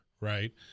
right